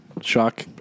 Shock